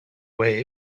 way